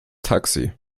taxi